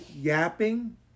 yapping